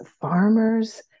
farmers